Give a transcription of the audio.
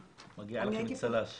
כל הכבוד, מגיע לכן צל"ש.